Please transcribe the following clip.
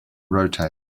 rotate